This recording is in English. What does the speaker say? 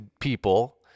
people